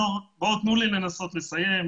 לי לנסות לסיים.